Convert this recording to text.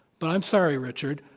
but i'm sorry, richard,